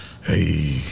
Hey